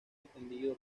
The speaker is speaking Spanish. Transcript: extendido